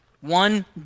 One